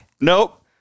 Nope